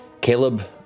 Caleb